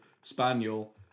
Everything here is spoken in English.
spaniel